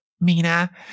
Mina